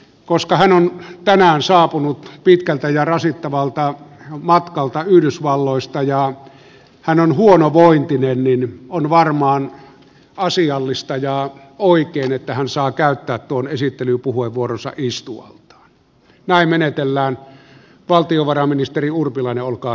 koska hän on tänään saapunut pitkältä ja rasittavalta matkalta yhdysvalloista ja on huonovointinen niin on varmaan asiallista ja oikein että hän saa käyttää tuon esittelypuheenvuoro sai istua naimenetellään valtiovarainministeri puheenvuoronsa istualtaan